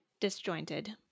disjointed